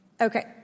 Okay